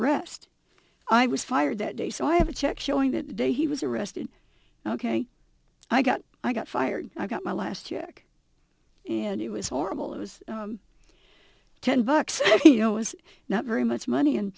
rest i was fired that day so i have a check showing that day he was arrested ok i got i got fired i got my last year and it was horrible it was ten bucks you know it was not very much money and